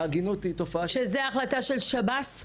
שזו החלטה של שב"ס?